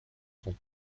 son